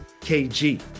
KG